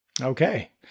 Okay